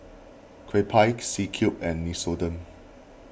Kewpie C Cube and Nixoderm